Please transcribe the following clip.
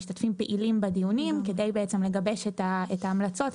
משתתפים פעילים בדיונים כדי לגבש את ההמלצות,